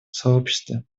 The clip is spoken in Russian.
сообществе